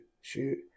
shoot